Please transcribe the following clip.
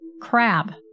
CRAB